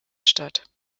statt